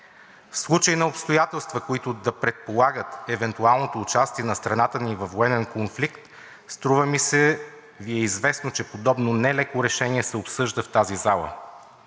В случай на обстоятелства, които да предполагат евентуалното участие на страната ни във военен конфликт, струва ми се, че Ви е известно, че подобно нелеко решение се обсъжда в тази зала.